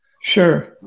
sure